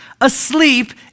asleep